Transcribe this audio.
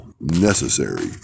necessary